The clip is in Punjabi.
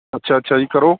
ਅੱਛਾ ਅੱਛਾ ਜੀ ਕਰੋ